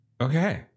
Okay